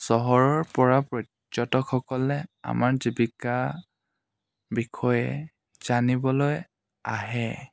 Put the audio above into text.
চহৰৰ পৰা পৰ্যটকসকলে আমাৰ জীৱিকাৰ বিষয়ে জানিবলৈ আহে